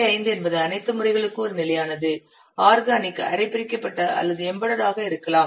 5 என்பது அனைத்து முறைகளுக்கும் ஒரு நிலையானது ஆர்கானிக் அரை பிரிக்கப்பட்ட அல்லது எம்பெடெட் ஆக இருக்கலாம்